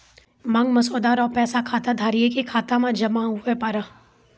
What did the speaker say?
मांग मसौदा रो पैसा खाताधारिये के खाता मे जमा हुवै पारै